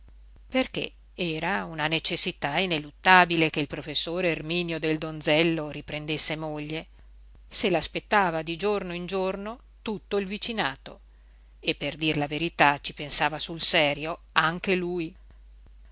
perché era una necessità ineluttabile che il professor erminio del donzello riprendesse moglie se l'aspettava di giorno in giorno tutto il vicinato e per dir la verità ci pensava sul serio anche lui